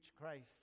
Christ